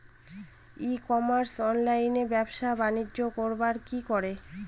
ই commerce অনলাইনে ব্যবসা বানিজ্য করব কি করে?